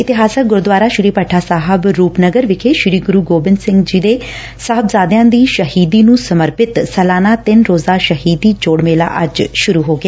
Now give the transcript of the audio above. ਇਤਿਹਾਸਕ ਗੁਰਦੁਆਰਾ ਸ੍ਰੀ ਭੱਠਾ ਸਾਹਿਬ ਰੁਪਨਗਰ ਵਿਖੇ ਸ੍ਰੀ ਗੁਰੁ ਗੋਬਿੰਦ ਸਿੰਘ ਸਾਹਿਬ ਜੀ ਦੇ ਸਾਹਿਬਜ਼ਾਦਿਆਂ ਦੀ ਸ਼ਹੀਦੀ ਨੁੰ ਸਮਰਪਿਤ ਸਲਾਨਾ ਤਿੰਨ ਰੋਜ਼ਾ ਸ਼ਹੀਦੀ ਜੋੜ ਮੇਲਾ ਅੱਜੇ ਸੁਰੁ ਹੋ ਗਿਆ